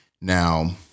Now